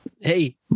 hey